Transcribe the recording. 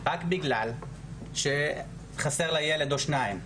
רק בגלל שחסר לה ילד, או שניים,